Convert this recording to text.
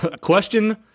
question